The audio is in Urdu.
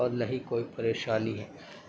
اور نہ ہی کوئی پریشانی ہے